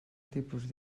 tipus